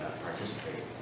participate